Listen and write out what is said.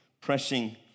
pressing